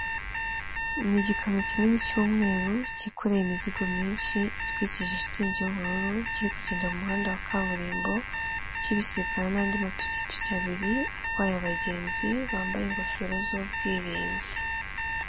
Umuhanda ni igikorwaremezo gifasha abantu bose mu buzima bwabo bwa buri munsi turavuga abamotari, imodoka ndetse n'abandi bantu bawukoresha mu buryo busanzwe burabafasha mu bikorwa byabo bya buri munsi.